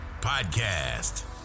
podcast